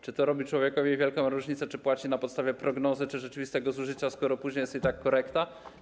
Czy to robi człowiekowi wielką różnicę, czy płaci na podstawie prognozy, czy rzeczywistego zużycia, skoro później i tak jest korekta?